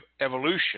evolution